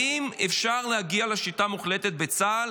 האם אפשר להגיע לשליטה מוחלטת בצה"ל